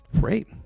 great